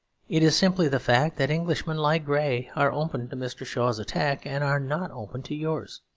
it is simply the fact that englishmen like grey are open to mr. shaw's attack and are not open to yours.